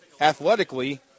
athletically